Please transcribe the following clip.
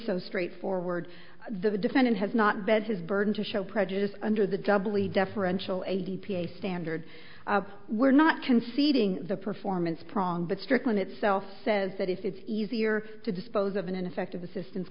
so straightforward the defendant has not bent his burden to show prejudice under the doubly deferential a d p a standard we're not conceding the performance prong but strickland itself says that if it's easier to dispose of an ineffective assistance